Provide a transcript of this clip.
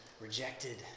rejected